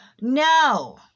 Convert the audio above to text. no